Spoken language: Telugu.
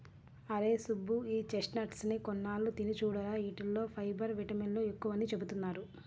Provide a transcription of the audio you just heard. అరేయ్ సుబ్బు, ఈ చెస్ట్నట్స్ ని కొన్నాళ్ళు తిని చూడురా, యీటిల్లో ఫైబర్, విటమిన్లు ఎక్కువని చెబుతున్నారు